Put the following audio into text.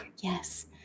Yes